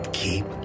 keep